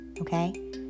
okay